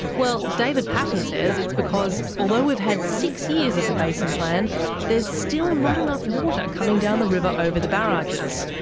well, david paton says it's because although we've had six years of the basin plan there's still not enough water coming down the river over the barrages,